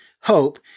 hope